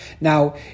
Now